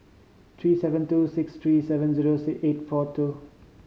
three seven two six three seven zero six eight four two